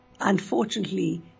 unfortunately